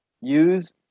use